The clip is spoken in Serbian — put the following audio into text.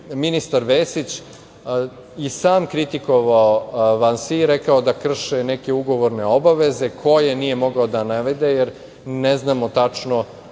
ministar Vesić i sam kritikovao Vansi, rekao da krše neke ugovorne obaveze, koje nije mogao da navede, jer ne znamo tačno